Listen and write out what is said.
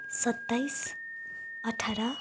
सत्ताइस अठार